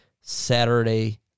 Saturday